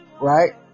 right